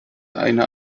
eine